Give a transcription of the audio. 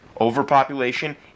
Overpopulation